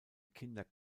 kinder